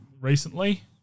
recently